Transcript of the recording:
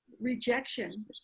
rejection